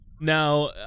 Now